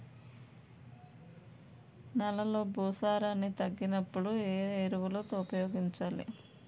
నెలలో భూసారాన్ని తగ్గినప్పుడు, ఏ ఎరువులు ఉపయోగించాలి?